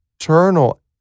eternal